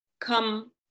come